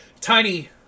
tiny